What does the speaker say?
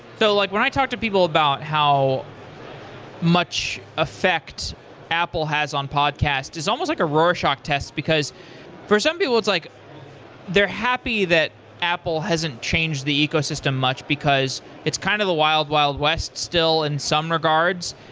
so like when i talk to people about how much effect apple has on podcast, it's almost like a rorschach test, because for some it's like they're happy that apple hasn't changed the ecosystem much because it's kind of the wild wild west still in some regards,